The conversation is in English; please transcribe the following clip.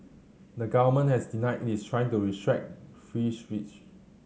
the government has denied it is trying to restrict free speech